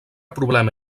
problema